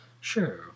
Sure